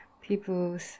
people's